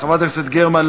חברת הכנסת גרמן,